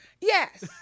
Yes